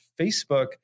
Facebook